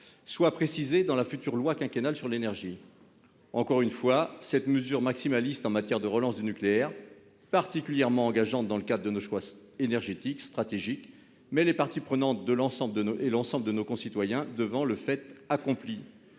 -seront précisées dans la future loi quinquennale sur l'énergie. Encore une fois, ce maximalisme en matière de relance du nucléaire, très engageant pour nos choix énergétiques stratégiques, met les parties prenantes et l'ensemble de nos concitoyens devant le fait accompli.